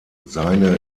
seine